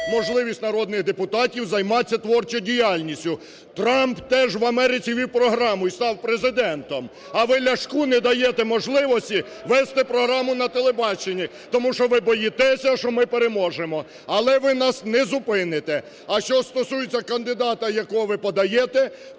можливість народних депутатів займатися творчою діяльністю. Трамп теж в Америці вів програму і став Президентом, а ви не Ляшку не даєте можливості вести програму на телебаченні, тому що ви боїтеся, що ми переможемо. Але ви нас не зупините. А що стосується кандидата, якого ви подаєте,